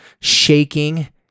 shaking